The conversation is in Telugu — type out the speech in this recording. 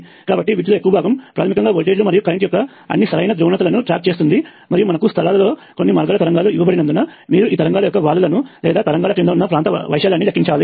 కాబట్టి వీటిలో ఎక్కువ భాగం ప్రాథమికంగా వోల్టేజీలు మరియు కరెంట్ యొక్క అన్ని సరైన ధ్రువణతలను ట్రాక్ చేస్తుంది మరియు మనకు స్థలాలలో కొన్ని మార్గాల తరంగాలు ఇవ్వబడినందున మీరు ఈ తరంగాల యొక్క వాలులను లేదా తరంగాల క్రింద ఉన్న ప్రాంతాల వైశాల్యాన్ని లెక్కించాలి